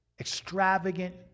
extravagant